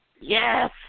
Yes